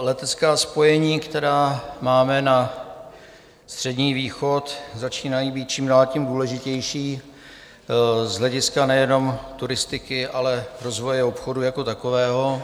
Letecká spojení, která máme na Střední východ, začínají být čím dál tím důležitější z hlediska nejenom turistiky, ale rozvoje obchodu jako takového.